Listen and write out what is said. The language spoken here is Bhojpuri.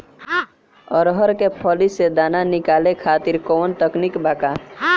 अरहर के फली से दाना निकाले खातिर कवन तकनीक बा का?